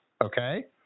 Okay